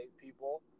people